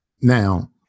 now